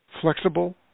Flexible